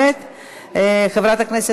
בריון שכמותך.